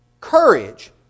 courage